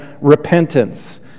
repentance